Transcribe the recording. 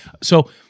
So-